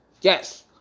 Yes